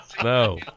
No